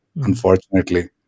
unfortunately